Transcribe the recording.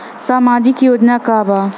सामाजिक योजना का बा?